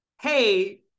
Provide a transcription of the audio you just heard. hey